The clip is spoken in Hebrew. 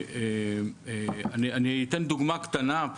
אני אתן דוגמה קטנה,